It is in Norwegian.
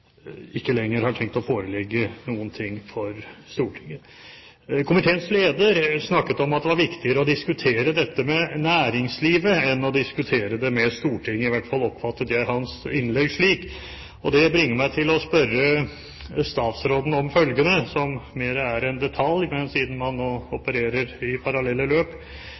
ikke lenger har tenkt å forelegge noen ting for Stortinget. Komiteens leder snakket om at det var viktigere å diskutere dette med næringslivet enn å diskutere det med Stortinget, i hvert fall oppfattet jeg hans innlegg slik. Det bringer meg over til å spørre statsråden om følgende, som mer er en detalj, men siden man nå opererer i parallelle løp: